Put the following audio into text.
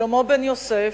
שלמה בן-יוסף,